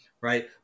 right